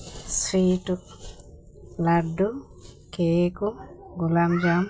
sweet laddu cake gulab jamun